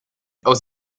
aus